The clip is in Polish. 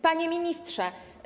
Panie Ministrze!